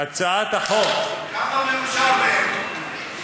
הצעת החוק, כמה מהם ירושלמים?